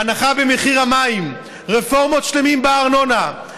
הנחה במחיר המים, רפורמות שלמות בארנונה.